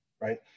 Right